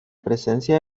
presencia